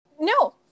No